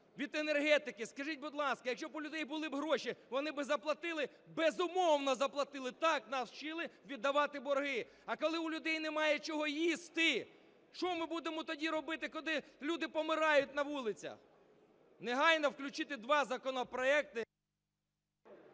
від енергетики. Скажіть, будь ласка, якщо б у людей були гроші, вони би заплатили? Безумовно, заплатили, так, нас вчили віддавати борги. А коли у людей немає чого їсти, що ми будемо тоді робити, коли люди помирають на вулицях? Негайно включити два законопроекти…